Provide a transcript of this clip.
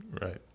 Right